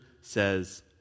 says